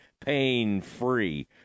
pain-free